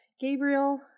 Gabriel